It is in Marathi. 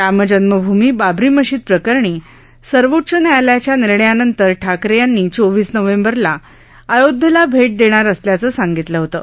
रामजन्मभूमी बाबरी मशिद प्रकरणी सर्वोच्च न्यायालयाच्या निर्णयानंतर ठाकरे यानी चोवीस नोव्हेंबरला अयोध्येला भेट देणार असल्याचं सांगितलं होतं